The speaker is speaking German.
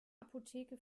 apotheke